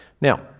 now